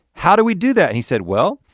how do we do that and he said, well,